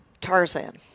Tarzan